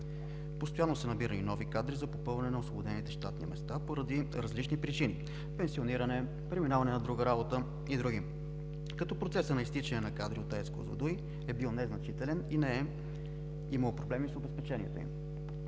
постоянно са набирани и нови кадри за попълване на освободените щатни места поради различни причини – пенсиониране, преминаване на друга работа и други, като процесът на изтичане на кадри от АЕЦ „Козлодуй“ е бил незначителен и не е имало проблеми с обезпечението им.